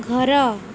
ଘର